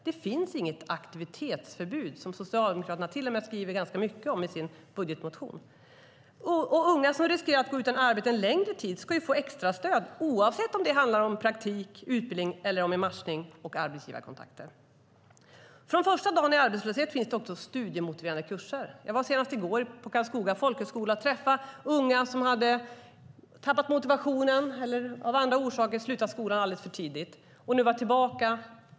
Det finns inget aktivitetsförbud, som Socialdemokraterna till och med skriver ganska mycket om i sin budgetmotion. Och unga som riskerar att gå utan arbete en längre tid ska få extrastöd, oavsett om det handlar om praktik, utbildning eller en matchning och arbetsgivarkontakter. Från första dagen i arbetslöshet finns det också studiemotiverande kurser. Jag var senast i går på Karlskoga Folkhögskola och träffade unga som hade tappat motivationen eller av andra orsaker slutat skolan alldeles för tidigt. Nu var de tillbaka.